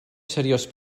seriós